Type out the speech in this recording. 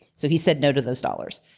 so he said no to those dollars.